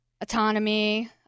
Autonomy